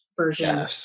version